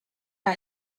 pas